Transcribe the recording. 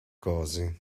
cosy